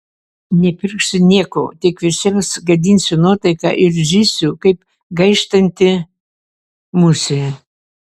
nepirksiu nieko tik visiems gadinsiu nuotaiką ir zysiu kaip gaištanti musė